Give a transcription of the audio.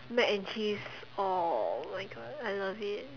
mac and cheese oh my god I love it